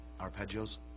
arpeggios